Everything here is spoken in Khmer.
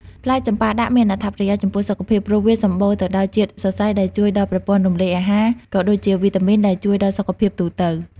ផ្លែចម្ប៉ាដាក់ មានអត្ថប្រយោជន៍ចំពោះសុខភាព ព្រោះវាសម្បូរទៅដោយជាតិសរសៃ ដែលជួយដល់ប្រព័ន្ធរំលាយអាហារ ក៏ដូចជាវីតាមីនដែលជួយដល់សុខភាពទូទៅ។